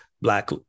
black